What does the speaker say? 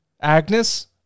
Agnes